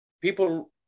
people